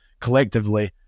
collectively